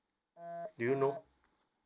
do you know